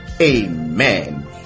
Amen